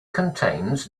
contains